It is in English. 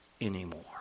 anymore